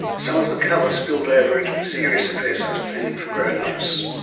some of the colour spilled over into the serious address i was planning for grown-ups.